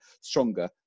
stronger